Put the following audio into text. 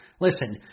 Listen